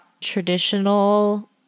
traditional